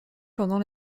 pendant